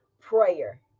Prayer